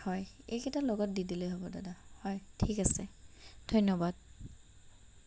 হয় এইকেইটা লগত দি দিলেই হ'ব দাদা হয় ঠিক আছে ধন্য়বাদ